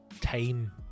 time